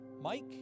Mike